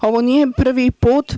Ovo nije prvi put.